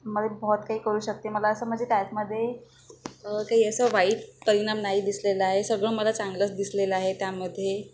मध्ये बहोत काही करू शकते मला असं म्हणजे त्यातमध्ये काही असं वाईट परिणाम नाही दिसलेला आहे सगळं मला चांगलंच दिसलेलं आहे त्यामध्ये